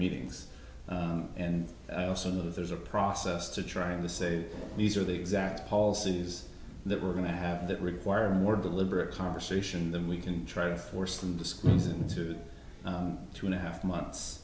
meetings and i also know that there's a process to trying to say these are the exact policies that we're going to have that require more deliberate conversation than we can try to force them to squeeze into two and a half months